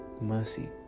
Mercy